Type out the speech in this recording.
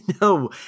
No